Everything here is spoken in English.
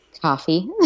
Coffee